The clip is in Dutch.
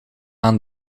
aan